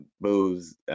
Booze